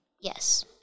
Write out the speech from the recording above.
Yes